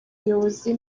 ubuyobozi